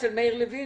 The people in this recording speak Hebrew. אצל מאיר לוין?